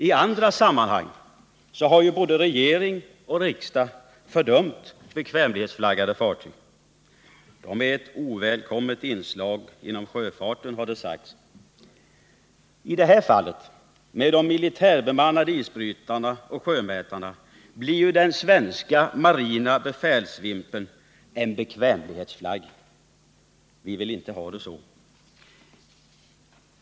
I andra sammanhang har både regering och riksdag fördömt bekvämlighetsflaggade fartyg. De är ett ovälkommet inslag inom sjöfarten, har det sagts. I fallet med de militärbemannade isbrytarna och sjömätarna blir den svenska marina befälsvimpeln en bekvämlighetsflagg. Vi vill inte ha det så.